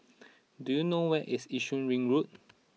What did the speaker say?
do you know where is Yishun Ring Road